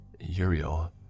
Uriel